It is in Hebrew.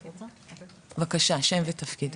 בבקשה, שם ותפקיד.